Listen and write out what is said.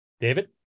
David